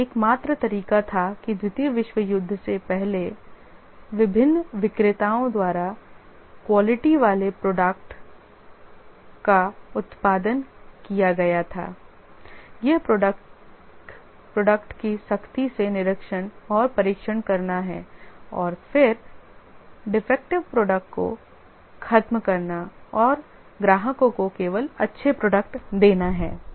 यह एकमात्र तरीका था कि द्वितीय विश्व युद्ध से पहले विभिन्न विक्रेताओं द्वारा क्वालिटी वाले प्रोडक्ट का उत्पादन किया गया था यह प्रोडक्ट का सख्ती से निरीक्षण और परीक्षण करना है और फिर डिफेक्टिव प्रोडक्ट को खत्म करना और ग्राहकों को केवल अच्छे प्रोडक्ट देना है